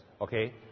okay